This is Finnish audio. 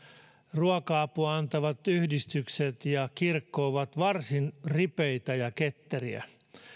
ruoka apua antavat yhdistykset ja kirkko ovat varsin ripeitä ja ketteriä